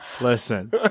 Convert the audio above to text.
Listen